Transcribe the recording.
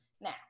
Now